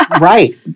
Right